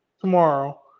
tomorrow